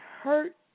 hurt